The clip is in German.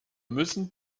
müssen